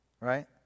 right